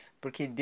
porque